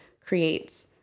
creates